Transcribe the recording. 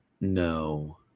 No